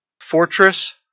Fortress